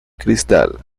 cristal